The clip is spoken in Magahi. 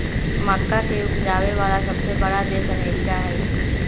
मक्का के उपजावे वाला सबसे बड़ा देश अमेरिका हई